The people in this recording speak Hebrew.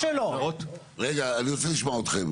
אני רוצה לשמוע אותך,